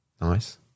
Nice